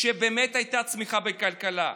כשבאמת הייתה צמיחה בכלכלה.